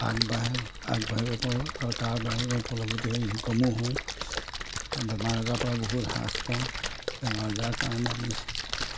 আগবাঢ়ো আগবাঢ়িব পাৰোঁ আৰু তাৰ বাহিৰে ফলগতি হৈ ইনকমো হওঁ বেমাৰ আজাৰৰ পৰা বহুত হ্ৰাস পাওঁ বেমাৰ আজাৰ কাৰণে আমি